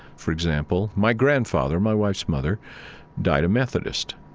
for example, my grandfather, my wife's mother died a methodist.